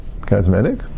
cosmetic